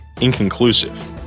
inconclusive